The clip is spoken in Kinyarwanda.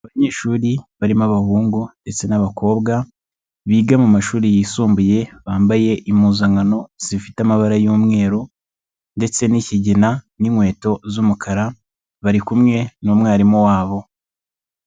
Abanyeshuri barimo abahungu ndetse n'abakobwa biga mashuri yisumbuye bambaye impuzankano zifite amabara y'umweru ndetse n'ikigina n'inkweto z'umukara, bari kumwe n'umwarimu wabo.